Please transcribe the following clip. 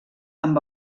amb